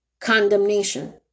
condemnation